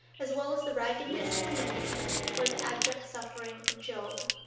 as well as the raggedness of the mendicant, or the abject suffering of job.